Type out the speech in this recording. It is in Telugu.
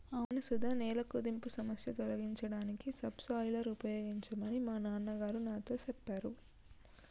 అవును సుధ నేల కుదింపు సమస్య తొలగించడానికి సబ్ సోయిలర్ ఉపయోగించమని మా నాన్న గారు నాతో సెప్పారు